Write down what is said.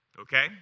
okay